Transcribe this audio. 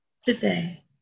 Today